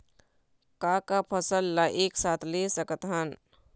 का का फसल ला एक साथ ले सकत हन?